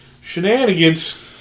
Shenanigans